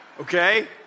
okay